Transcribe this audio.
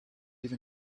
even